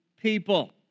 people